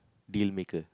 deal maker